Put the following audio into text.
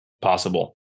possible